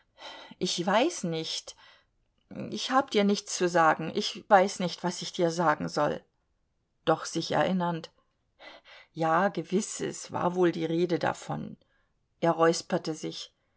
ich weiß nicht ich hab dir nichts zu sagen ich weiß nicht was ich dir sagen soll doch sich erinnernd ja gewiß es war wohl die rede davon er räusperte sich